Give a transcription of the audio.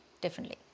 differently